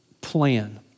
plan